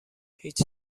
هیچ